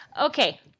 Okay